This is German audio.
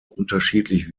unterschiedlich